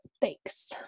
Thanks